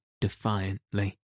defiantly